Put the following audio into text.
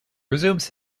resumes